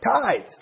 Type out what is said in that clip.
tithes